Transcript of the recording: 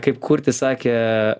kaip kurti sakė